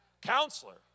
Counselor